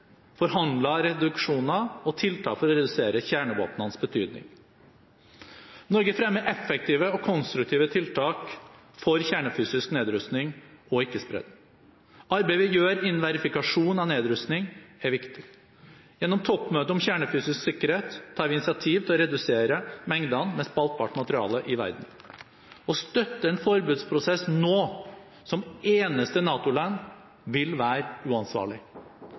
reduksjoner og tiltak for å redusere kjernevåpnenes betydning. Norge fremmer effektive og konstruktive tiltak for kjernefysisk nedrustning og ikke-spredning. Arbeidet vi gjør innen verifikasjon av nedrustning, er viktig. Gjennom toppmøtet om kjernefysisk sikkerhet tar vi initiativ til å redusere mengdene med spaltbart materiale i verden. Å støtte en forbudsprosess nå – som eneste NATO-land – ville være uansvarlig.